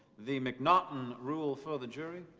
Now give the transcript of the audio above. the m'naughten rule for the jury?